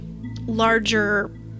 larger